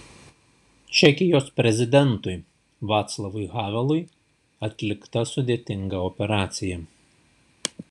čekijos prezidentui vaclavui havelui atlikta sudėtinga operacija